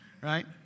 right